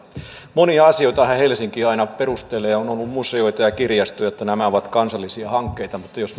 monia asioitahan helsinki aina perustelee ja on ollut museoita ja kirjastoja sillä perusteella että nämä ovat kansallisia hankkeita mutta tämähän jos